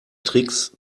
tricks